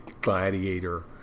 gladiator